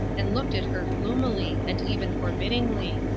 and looked at her gloomily and even forbiddingly,